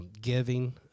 giving